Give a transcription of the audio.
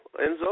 Enzo